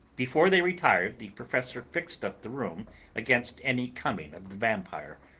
before they retired the professor fixed up the room against any coming of the vampire,